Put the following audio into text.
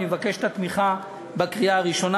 ואני מבקש את התמיכה בקריאה ראשונה.